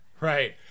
Right